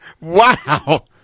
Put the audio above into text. Wow